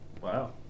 Wow